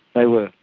they were,